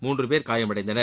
முன்று பேர் காயமடைந்தனர்